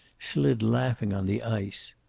slid laughing on the ice.